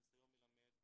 הניסיון מלמד,